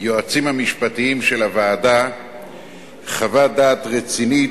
מהיועצים המשפטיים של הוועדה חוות דעת רצינית,